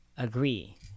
agree